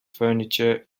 furniture